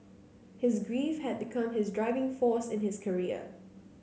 his grief had become his driving force in his career